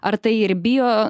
ar tai ir bio